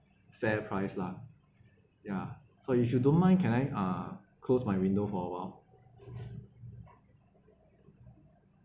fair price lah ya so if you don't mind can I uh close my window for awhile